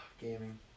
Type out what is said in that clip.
Gaming